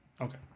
Okay